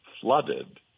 flooded